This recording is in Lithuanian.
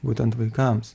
būtent vaikams